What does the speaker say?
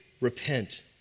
Repent